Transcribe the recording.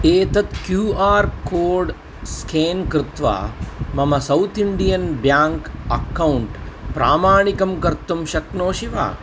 एतत् Q R code scan कृत्वा मम सौत् इण्डियन् ब्याङ्क् अक्कौण्ट् प्रामाणिकं कर्तुं शक्नोषि वा